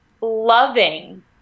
loving